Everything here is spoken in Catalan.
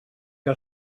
que